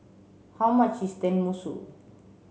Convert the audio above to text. how much is Tenmusu